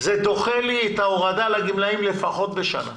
זה דוחה לי את ההורדה לגמלאים לפחות בשנה.